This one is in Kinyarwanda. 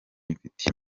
mfite